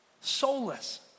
soulless